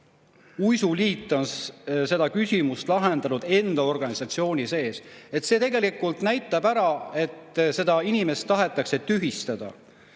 uisuliit on selle küsimuse lahendanud enda organisatsiooni sees. See tegelikult näitab ära, et inimest tahetakse tühistada.